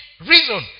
reason